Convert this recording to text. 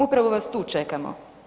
Upravo vas tu čekamo.